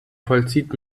vollzieht